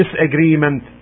disagreement